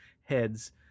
heads